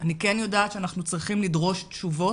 אני כן יודעת שאנחנו צריכים לדרוש תשובות,